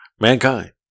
Mankind